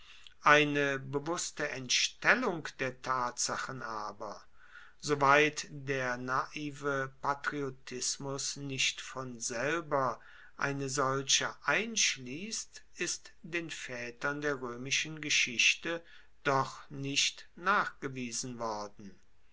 eine bewusste entstellung der tatsachen aber soweit der naive patriotismus nicht von selber eine solche einschliesst ist den vaetern der roemischen geschichte doch nicht nachgewiesen worden